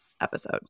episode